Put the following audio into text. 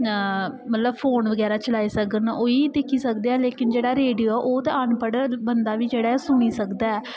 मतलब फोन बगैरा चलाई सकन ओह् ही दिक्खी सकदे ऐ लेकिन जेह्ड़ा रेडियो ऐ ओह् ते अनपढ़ बंदा बी ऐ जेह्ड़ा ओह् सुनी सकदा ऐ